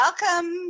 welcome